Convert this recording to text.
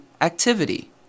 Activity